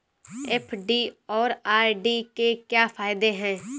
FD और RD के क्या फायदे हैं?